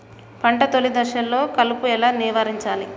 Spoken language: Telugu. పంట తొలి దశలో కలుపు ఎలా నివారించాలి?